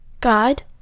God